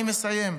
אני מסיים,